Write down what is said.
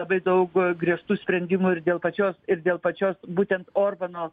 labai daug griežtų sprendimų ir dėl pačios ir dėl pačios būtent orbano